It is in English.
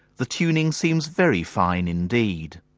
the tuning seems very fine indeed.